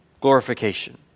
glorification